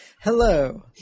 Hello